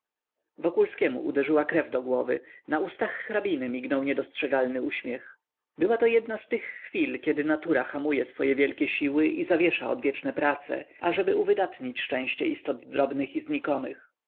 wokulskiemu uderzyła krew do głowy na ustach hrabiny mignął niedostrzegalny uśmiech była to jedna z tych chwil kiedy natura hamuje swoje wielkie siły i zawiesza odwieczne prace ażeby uwydatnić szczęście istot drobnych i znikomych